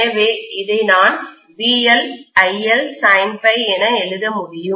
எனவே இதை நான் VLIL sin∅ என எழுத முடியும்